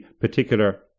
particular